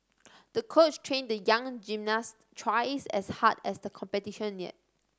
the coach trained the young gymnast twice as hard as the competition neared